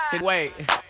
Wait